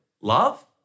Love